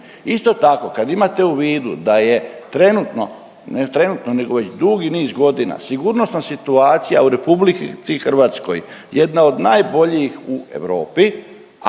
Isto tako kad imate u vidu da je trenutno, ne trenutno nego već dugi niz godina, sigurnosna situacija u RH jedna od najboljih u Europi,